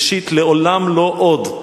ראשית: לעולם לא עוד,